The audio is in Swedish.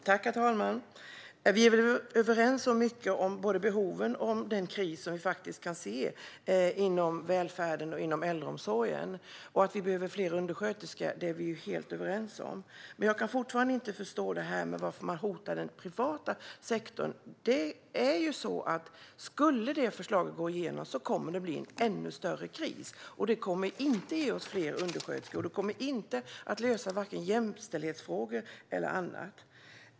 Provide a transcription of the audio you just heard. Herr talman! Vi är överens om mycket rörande både behoven och den kris vi faktiskt kan se inom välfärden och äldreomsorgen. Att vi behöver fler undersköterskor är vi helt överens om. Jag kan dock fortfarande inte förstå varför man hotar den privata sektorn. Det är ju så att det kommer att bli en ännu större kris om förslaget går igenom, och det kommer inte att ge oss fler undersköterskor. Det kommer inte heller att lösa vare sig jämställdhetsfrågor eller annat.